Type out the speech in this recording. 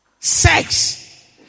Sex